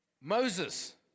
Moses